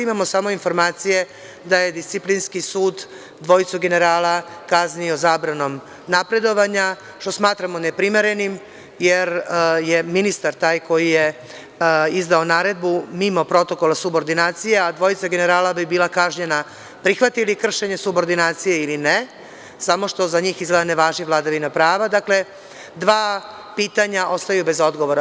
Imamo samo informacije da je disciplinski sud dvojicu generala kaznio zabranom napredovanja, što smatramo neprimerenim, jer je ministar taj koji je izdao naredbu mimo protokola subordinacije, a dvojica generala bi bila kažnjena, prihvatili kršenje subordinacije ili ne, samo što za njih izgleda ne važi vladavina prava, dva pitanja ostaju bez odgovora.